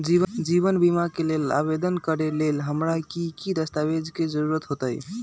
जीवन बीमा के लेल आवेदन करे लेल हमरा की की दस्तावेज के जरूरत होतई?